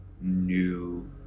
new